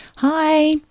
Hi